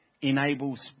enables